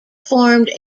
formed